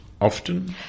often